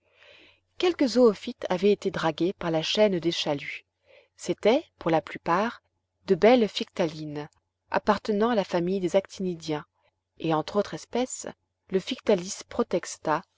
quelques zoophytes avaient été dragues par la chaîne des chaluts c'étaient pour la plupart de belles phyctallines appartenant à la famille des actinidiens et entre autres espèces le phyctalis protexta